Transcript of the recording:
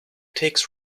takes